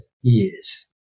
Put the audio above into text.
years